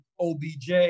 OBJ